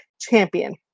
champion